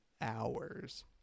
hours